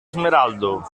smeraldo